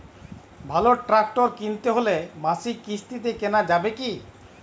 ভালো ট্রাক্টর কিনতে হলে মাসিক কিস্তিতে কেনা যাবে কি?